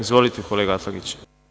Izvolite, kolega Atlagiću.